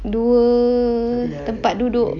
tua tempat duduk